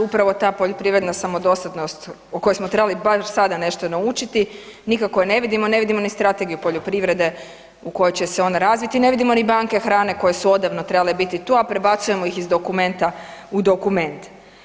Upravo ta poljoprivredna samodostatnost o kojoj smo trebali bar sada nešto naučiti, nikako je ne vidimo, ne vidimo ni strategiju poljoprivrede u koju će se on razviti, ne vidimo ni banke hrane koje su odavno trebale biti tu, a prebacujemo ih iz dokumenta u dokument.